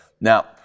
Now